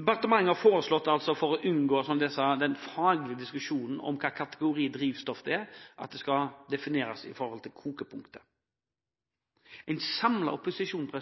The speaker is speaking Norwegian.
Departementet har altså foreslått – for å unngå den faglige diskusjonen om hvilken kategori dette drivstoffet tilhører – at det skal defineres ut fra kokepunktet. En samlet opposisjon –